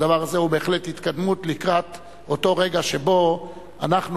הדבר הזה הוא בהחלט התקדמות לקראת אותו רגע שבו אנחנו,